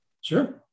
Sure